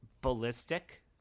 ballistic